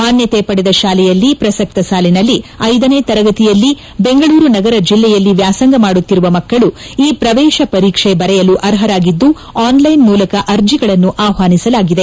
ಮಾನ್ನತೆ ಪಡೆದ ಶಾಲೆಯಲ್ಲಿ ಪ್ರಸಕ್ತ ಸಾಲಿನಲ್ಲಿ ಐದನೇ ತರಗತಿಯಲ್ಲಿ ಬೆಂಗಳೂರು ನಗರ ಜಲ್ಲಯಲ್ಲಿ ವ್ಯಾಸಂಗ ಮಾಡುತ್ತಿರುವ ಮಕ್ಕಳು ಈ ಪ್ರವೇಶ ಪರೀಕ್ಷೆ ಬರೆಯಲು ಅರ್ಹರಾಗಿದ್ಲು ಆನ್ ಲೈನ್ ಮೂಲಕ ಅರ್ಜಿಗಳನ್ನು ಆಹ್ವಾನಿಸಲಾಗಿದೆ